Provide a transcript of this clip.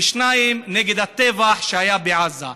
2. נגד הטבח שהיה בעזה.